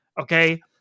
Okay